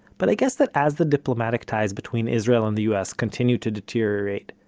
but i guess that as the diplomatic ties between israel and the us continue to deteriorate,